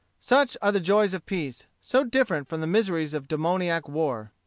such are the joys of peace, so different from the miseries of demoniac war.